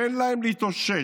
תן להם להתאושש.